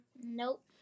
nope